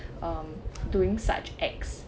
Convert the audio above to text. um doing such acts